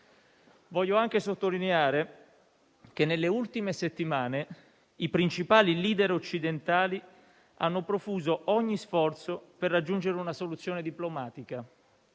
Voglio anche sottolineare che nelle ultime settimane i principali *leader* occidentali hanno profuso ogni sforzo per raggiungere una soluzione diplomatica: